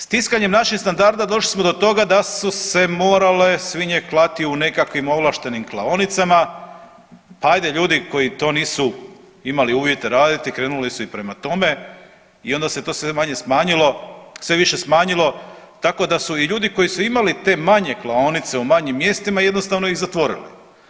Stiskanjem naših standarda došli smo do toga da su se morale svinje klati u nekakvim ovlaštenim klaonicama, hajde ljudi koji to nisu imali uvjete raditi krenuli su i prema tome i onda se to sve manje smanjilo, sve više smanjilo tako da su i ljudi koji su imali te manje klaonice u manjim mjestima jednostavno ih zatvorili.